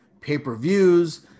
pay-per-views